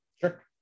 sure